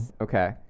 Okay